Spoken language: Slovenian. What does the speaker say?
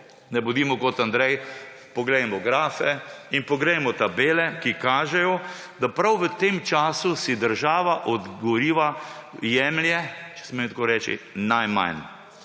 Ne bodimo kot Andrej, poglejmo grafe in poglejmo tabele, ki kažejo, da prav v tem času si država od goriva jemlje, če smem tako reči, najmanj.